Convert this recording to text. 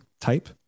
type